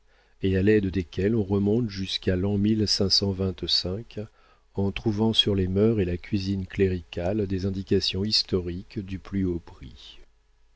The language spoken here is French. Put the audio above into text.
et à l'aide desquelles on remonte jusqu'à l'an en trouvant sur les mœurs et la cuisine cléricales des indications historiques du plus haut prix